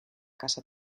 casa